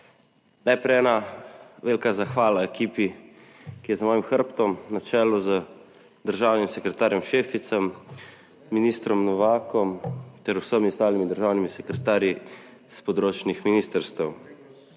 Najprej ena velika zahvala ekipi, ki je za mojim hrbtom, na čelu z državnim sekretarjem Šeficem, ministrom Novakom ter vsemi ostalimi državnimi sekretarji s področnih ministrstev.